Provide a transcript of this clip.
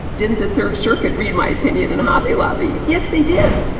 didn't the third circuit read my opinion in the hobby lobby? yes, they did.